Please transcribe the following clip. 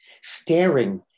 staring